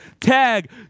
Tag